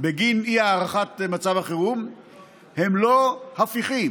בגין אי-הארכת מצב החירום הם לא הפיכים,